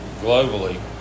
globally